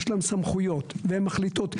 יש להן סמכויות והן מחליטות,